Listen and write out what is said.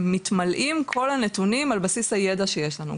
מתמלאים כל הנתונים על בסיס הידע שיש לנו.